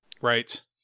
Right